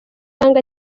ibanga